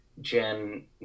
jen